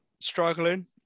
struggling